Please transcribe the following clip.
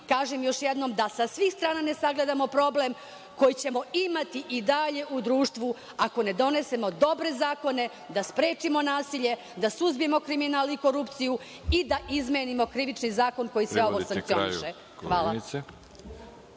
kažem još jednom da sa svih strana ne sagledamo problem koji ćemo imati i dalje u društvu ako ne donesemo dobre zakone, da sprečimo nasilje, da suzbijemo kriminal i korupciju i da izmenimo Krivični zakon koji se sve ovo sankcioniše. Hvala.